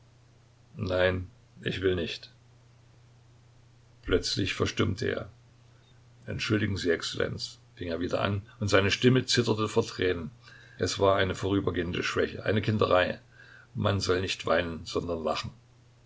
nein ich will nicht plötzlich verstummte er entschuldigen sie exzellenz fing er wieder an und seine stimme zitterte vor tränen es war eine vorübergehende schwäche eine kinderei man soll nicht weinen sondern lachen